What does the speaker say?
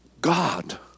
God